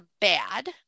bad